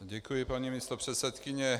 Děkuji, paní místopředsedkyně.